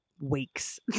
weeks